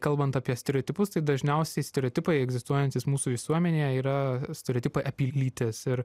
kalbant apie stereotipus tai dažniausiai stereotipai egzistuojantys mūsų visuomenėje yra stereotipai apie lytis ir